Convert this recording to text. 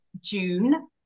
June